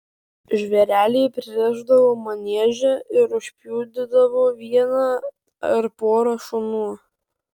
žvėrelį pririšdavo manieže ir užpjudydavo vieną ar porą šunų